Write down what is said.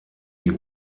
wie